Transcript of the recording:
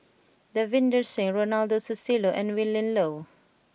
Davinder Singh Ronald Susilo and Willin Low